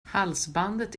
halsbandet